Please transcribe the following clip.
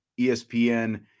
ESPN